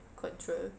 control